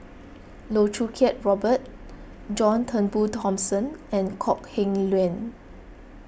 Loh Choo Kiat Robert John Turnbull Thomson and Kok Heng Leun